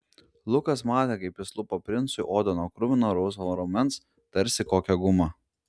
lukas matė kaip jis lupo princui odą nuo kruvino rausvo raumens tarsi kokią gumą